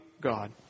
God